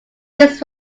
this